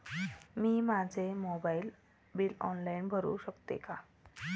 मी माझे mobile bill online भरू शकते का?